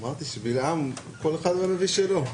אמרתי שכל אחד והנביא שלו.